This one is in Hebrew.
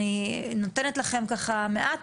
אני נותנת לכם ככה מעט,